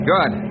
Good